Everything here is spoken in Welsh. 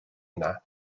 yna